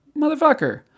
motherfucker